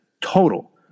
total